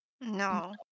No